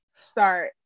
start